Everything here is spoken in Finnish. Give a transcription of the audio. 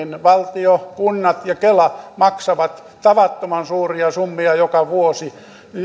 valtio kunnat ja kela maksavat tavattoman suuria summia joka vuosi